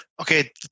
okay